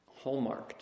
hallmarked